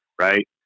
right